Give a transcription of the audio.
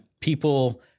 people